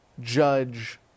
judge